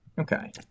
Okay